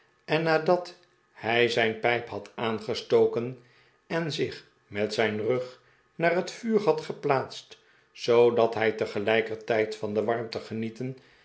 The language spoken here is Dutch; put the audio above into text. en nadat hij zijn pijp had aangestoken en zich met zijn rug naar het vuur had geplaatst zoodat hij tegelijkertijd van de warmte genieten